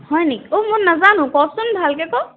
হয়নি অঁ মই নাজানো ক'চোন ভালকৈ ক'